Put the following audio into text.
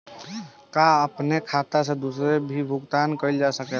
का अपने खाता से दूसरे के भी भुगतान कइल जा सके ला?